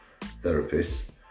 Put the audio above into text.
therapists